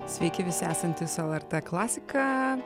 sveiki visi esantys su lrt klasika